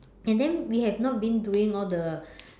and then we have not been doing all the